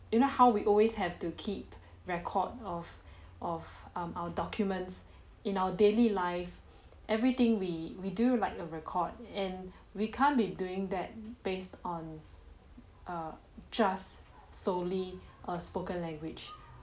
you know how we always have to keep record of of um our documents in our daily life everything we we do like a record and we can't be doing that based on err just solely err spoken language